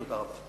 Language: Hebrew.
תודה רבה.